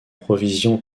provisions